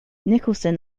nicholson